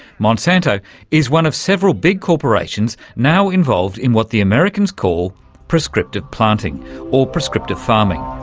monsanto is one of several big corporations now involved in what the americans call prescriptive planting or prescriptive farming.